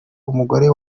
umugore